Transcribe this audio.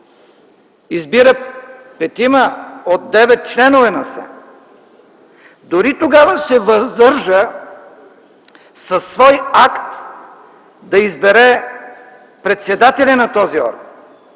избира петима от 9 членове на СЕМ. Дори тогава се въздържа със свой акт да избере председателя на този орган.